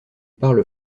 parle